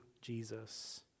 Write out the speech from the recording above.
Jesus